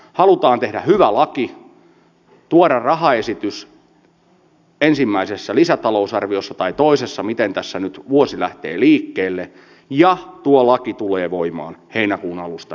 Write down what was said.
halutaan tehdä hyvä laki ja tuoda rahaesitys ensimmäisessä lisätalousarviossa tai toisessa miten tässä nyt vuosi lähtee liikkeelle ja tuo laki tulee voimaan heinäkuun alusta ensi vuonna